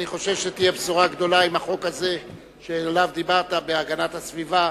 אני חושב שתהיה בשורה גדולה אם החוק הזה של הגנת הסביבה,